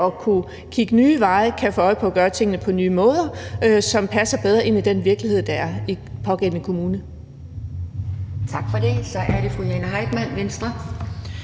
at kunne kigge på nye veje kan få øje på at gøre tingene på nye måder, som passer bedre ind i den virkelighed, der er i den pågældende kommune. Kl. 11:54 Anden næstformand (Pia